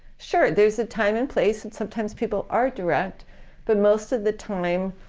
sure, there's a time and place and sometimes people are direct but most of the time